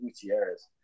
Gutierrez